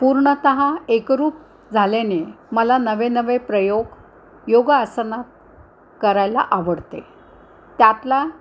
पूर्णतः एकरूप झाल्याने मला नवे नवे प्रयोग योगासनात करायला आवडते त्यातला